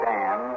Dan